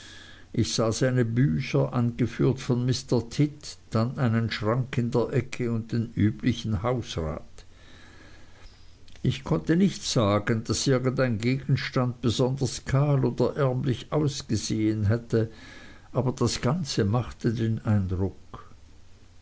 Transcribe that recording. ich sah seine bücher angeführt von mr tidd dann einen schrank in der ecke und den üblichen hausrat ich könnte nicht sagen daß irgendein gegenstand besonders kahl oder ärmlich ausgesehen hätte aber das ganze machte den eindruck